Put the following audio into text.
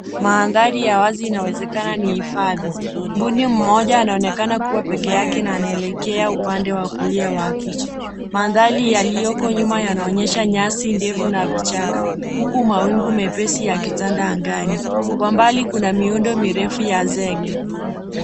Mandhari ya wazi inawezekana ni hifadhi. Mbuni mmoja anaonekana kuwa peke yake na anaelekea upande wa kulia wa picha. Mandhari yaliyoko nyuma yanaonyesha nyasi ndefu na vichaka huku mawingu mepesi yakitanda angani. Kwa mbali kuna miundo mirefu ya zege.